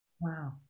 Wow